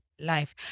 life